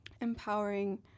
empowering